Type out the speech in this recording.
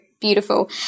beautiful